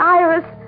iris